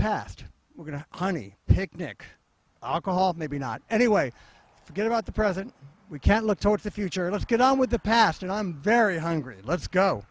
past we're going to honey picnic i'll call maybe not anyway forget about the present we can't look towards the future let's get on with the past and i'm very hungry let's go